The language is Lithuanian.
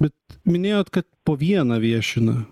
bet minėjot kad po vieną viešina